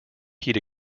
heat